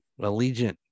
allegiant